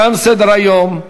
תם סדר-היום.